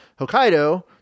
Hokkaido